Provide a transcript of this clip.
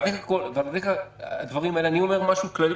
על רקע הדברים האלה אני אומר לאדוני משהו כללי,